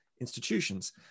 institutions